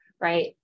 right